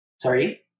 Sorry